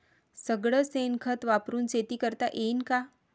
सगळं शेन खत वापरुन शेती करता येईन का?